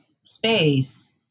space